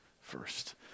first